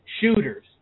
shooters